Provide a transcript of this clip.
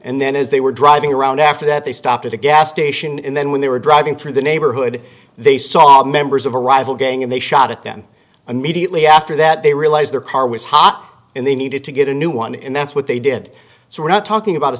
and then as they were driving around after that they stopped at a gas station and then when they were driving through the neighborhood they saw members of a rival gang and they shot at them immediately after that they realized their car was hot and they needed to get a new one and that's what they did so we're not talking about a